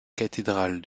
cathédrale